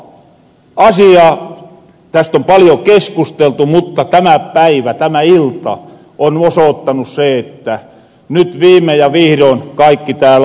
täst on paljo keskusteltu mutta tämä päivä tämä ilta on osoottanu sen että nyt viime ja vihdoin kaikki tääl ollahan samaa mieltä